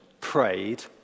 prayed